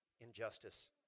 injustice